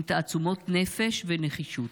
עם תעצומות נפש ונחישות.